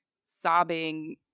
sobbing